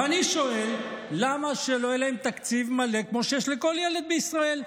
ואני שואל: למה שלא יהיה להם תקציב מלא כמו שיש לכל ילד בישראל?